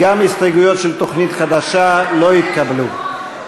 בדבר תוכנית חדשה לא נתקבלו.